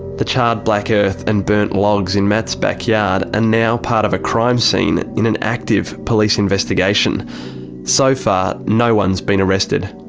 the charred black earth and burnt logs in matt's backyard are ah now part of a crime scene in an active police investigation so far, no one's been arrested.